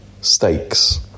stakes